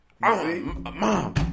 Mom